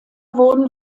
wurden